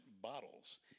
bottles